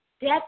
Death